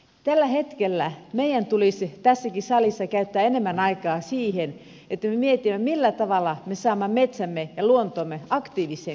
tällä hetkellä meidän tulisi tässäkin salissa käyttää enemmän aikaa siihen että me mietimme millä tavalla me saamme metsämme ja luontomme aktiiviseen käyttöön